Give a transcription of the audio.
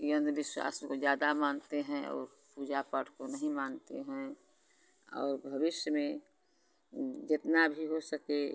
कि अंधविश्वास को ज़्यादा मानते हैं और पूजा पाठ को नहीं मानते हैं और भविष्य में जितना भी हो सके